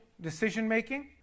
decision-making